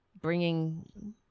Bringing